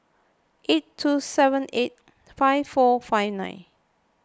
eight two seven eight five four five nine